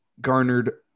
Garnered